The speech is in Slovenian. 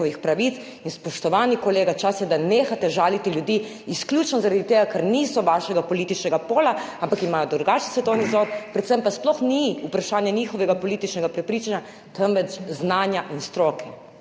In spoštovani kolega, čas je, da nehate žaliti ljudi izključno zaradi tega, ker niso vašega političnega pola, ampak imajo drugačen svetovni nazor, predvsem pa sploh ni vprašanje njihovega političnega prepričanja, temveč znanja in stroke